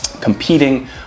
competing